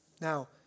Now